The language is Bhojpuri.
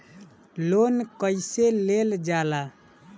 लोन कईसे लेल जाला?